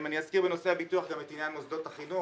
אני אזכיר בנושא הביטוח גם את עניין מוסדות החינוך,